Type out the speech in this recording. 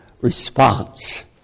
response